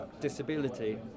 disability